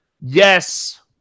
yes